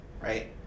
right